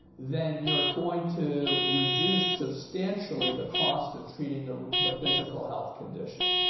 then you're going to reduce substantially the cost of treating the the physical health condition.